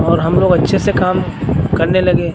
और हम लोग अच्छे से काम करने लगे